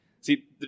See